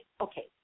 okay